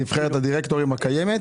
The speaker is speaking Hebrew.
נבחרת הדירקטורים הקיימת?